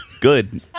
Good